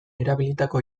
erabilitako